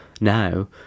now